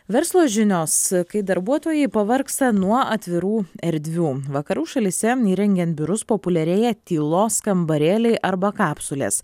verslo žinios kai darbuotojai pavargsta nuo atvirų erdvių vakarų šalyse įrengiant biurus populiarėja tylos kambarėliai arba kapsulės